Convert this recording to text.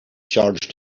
charged